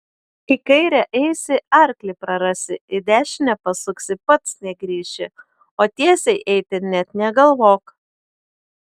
į kairę eisi arklį prarasi į dešinę pasuksi pats negrįši o tiesiai eiti net negalvok